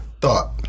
thought